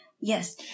Yes